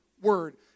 word